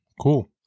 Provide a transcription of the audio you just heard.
cool